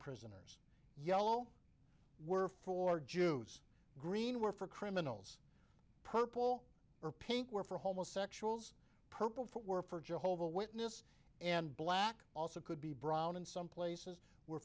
prism yellow were for jews green were for criminals purple or pink were for homosexuals purple four were for jehovah witness and black also could be brown and some places were